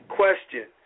question